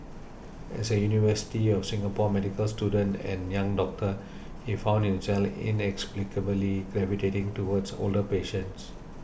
as a University of Singapore medical student and young doctor he found himself inexplicably gravitating towards older patients